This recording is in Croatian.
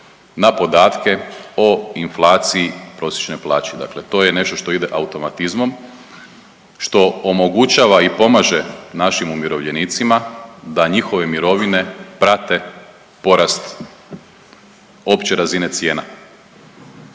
na podatke o inflaciji prosječne plaće, dakle to je nešto što ide automatizmom, što omogućava i pomaže našim umirovljenicima da njihove mirovine prate porast opće razine cijena.